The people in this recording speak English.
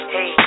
Hey